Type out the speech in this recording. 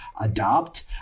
adopt